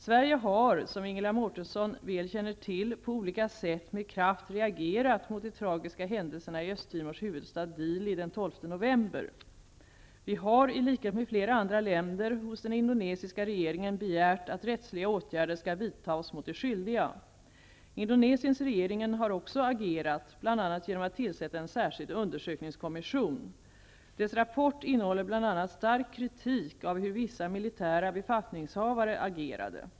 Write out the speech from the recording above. Sverige har, som Ingela Mårtensson väl känner till, på olika sätt med kraft reagerat mot de tragiska händelserna i Östtimors huvudstad Dili den 12 november. Vi har, i likhet med flera andra länder, hos den indonesiska regeringen begärt att rättsliga åtgärder skall vidtas mot de skyldiga. Indonesiens regering har också agerat, bl.a. genom att tillsätta en särskild undersökningskommission. Dess rapport innehåller bl.a. stark kritik av hur vissa militära befattningshavare agerade.